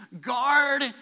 guard